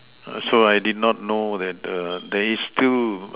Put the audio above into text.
so I did not know that err there is still